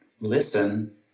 listen